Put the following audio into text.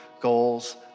goals